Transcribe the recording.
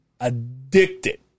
addicted